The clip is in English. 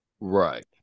Right